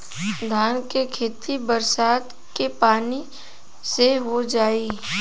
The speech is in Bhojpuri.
धान के खेती बरसात के पानी से हो जाई?